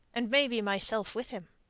and maybe myself with him.